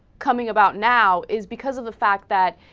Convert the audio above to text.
coming about now is because of the fact that